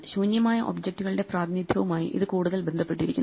ശൂന്യമായ ഒബ്ജക്റ്റുകളുടെ പ്രാതിനിധ്യവുമായി ഇത് കൂടുതൽ ബന്ധപ്പെട്ടിരിക്കുന്നു